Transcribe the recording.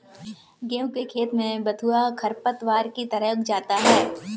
गेहूँ के खेत में बथुआ खरपतवार की तरह उग आता है